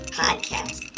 podcast